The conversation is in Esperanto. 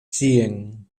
ĉien